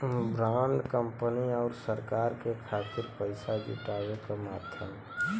bond company आउर सरकार के खातिर पइसा जुटावे क माध्यम हौ